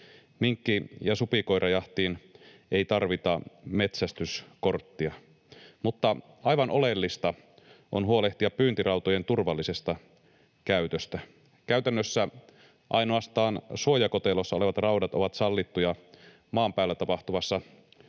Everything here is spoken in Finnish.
Minkki- ja supikoirajahtiin ei tarvita metsästyskorttia. Mutta aivan oleellista on huolehtia pyyntirautojen turvallisesta käytöstä. Käytännössä ainoastaan suojakotelossa olevat raudat ovat sallittuja maan päällä tapahtuvassa